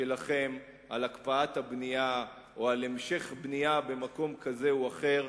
שלכם על הקפאת הבנייה או על המשך הבנייה במקום כזה או אחר,